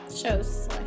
shows